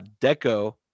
Deco